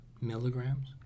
Milligrams